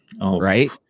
right